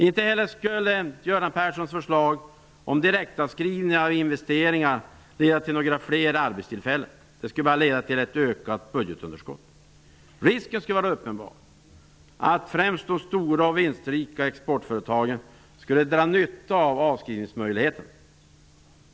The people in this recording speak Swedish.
Inte heller skulle Göran Perssons förslag om direktavskrivningar av investeringar leda till några fler arbetstillfällen. Det skulle bara leda till ett ökat budgetunderskottet. Risken skulle vara uppenbar att främst de stora och vinstrika exportföretagen skulle dra nytta av avskrivningsmöjligheten.